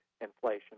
inflation